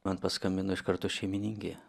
man paskambino iš karto šeimininkė